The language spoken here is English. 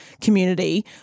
community